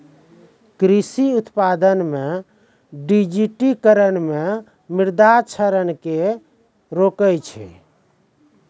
कृषि उत्पादन मे डिजिटिकरण मे मृदा क्षरण के रोकै छै